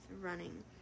running